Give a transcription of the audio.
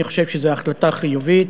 אני חושב שזו החלטה חיובית.